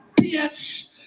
bitch